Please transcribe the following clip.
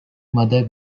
mother